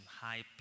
high